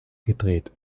gedreht